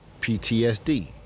PTSD